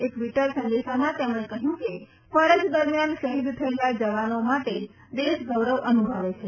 એક ટ્વીટર સંદેશામાં તેમણે કહ્યું કે ફરજ દરમિયાન શહિદ થયેલા જવાનો માટે દેશ ગોરવ અનુભવે છે